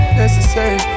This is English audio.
necessary